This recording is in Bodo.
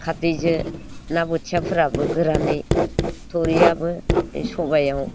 खारदैजों ना बोथियाफोराबो गोरानै थुरियाबो सबाइयाव